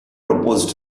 proposed